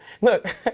Look